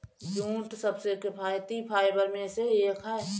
jute सबसे किफायती fibre में से एक है